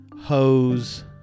hose